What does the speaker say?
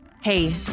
Hey